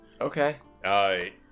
Okay